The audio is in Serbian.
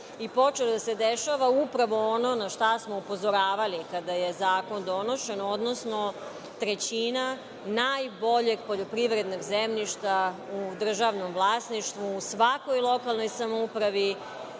Počelo je da se dešava upravo ono na što smo upozoravali, kada je zakon donošen, odnosno trećina najboljeg poljoprivrednog zemljišta u državnom vlasništvu u svakoj lokalnoj samoupravi